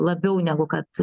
ir labiau negu kad